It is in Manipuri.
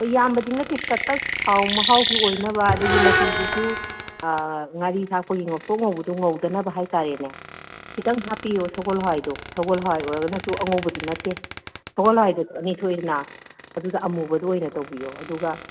ꯍꯣꯏ ꯌꯥꯝꯕꯗꯤ ꯅꯠꯇꯦ ꯇꯠꯇꯠ ꯃꯍꯥꯎꯁꯨ ꯑꯣꯏꯅꯕ ꯑꯗꯒꯤ ꯃꯆꯨꯗꯨꯁꯨ ꯉꯥꯔꯤ ꯊꯥꯛꯄꯒꯤ ꯉꯧꯊ꯭ꯔꯣꯛ ꯉꯧꯕꯗꯣ ꯉꯧꯗꯅꯕ ꯍꯥꯏꯇꯥꯔꯦꯅꯦ ꯈꯤꯇꯪ ꯍꯥꯞꯄꯤꯌꯣ ꯁꯒꯣꯜ ꯍꯋꯥꯏꯗꯣ ꯁꯒꯣꯜ ꯍꯋꯥꯏ ꯑꯣꯏꯔꯒꯁꯨ ꯑꯉꯧꯕꯗꯤ ꯅꯠꯇꯦ ꯁꯒꯣꯜ ꯍꯋꯥꯏꯗꯁꯨ ꯑꯅꯤ ꯊꯣꯛꯏꯗꯅ ꯑꯗꯨꯗ ꯑꯃꯨꯕꯗꯣ ꯑꯣꯏꯅ ꯇꯧꯕꯤꯌꯣ ꯑꯗꯨꯒ